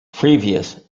previous